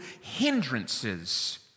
hindrances